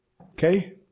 Okay